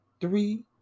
three